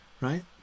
right